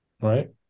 right